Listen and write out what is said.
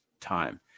time